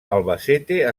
albacete